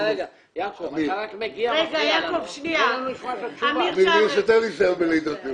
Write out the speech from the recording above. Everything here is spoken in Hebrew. בואו נשמע לגבי הדם הטבורי.